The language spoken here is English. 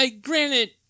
granted